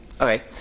Okay